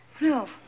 No